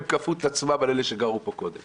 הם כפו את עצמם על אלה שגרו פה קודם.